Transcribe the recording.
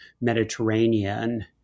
Mediterranean